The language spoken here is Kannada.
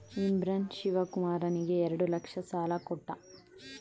ಇಮ್ರಾನ್ ಶಿವಕುಮಾರನಿಗೆ ಎರಡು ಲಕ್ಷ ಸಾಲ ಕೊಟ್ಟ